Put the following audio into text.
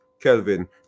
Kelvin